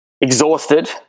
exhausted